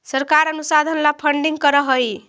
सरकार अनुसंधान ला फंडिंग करअ हई